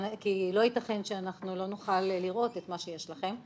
לא ייתכן שאנחנו לא נוכל לראות את מה שיש לכם,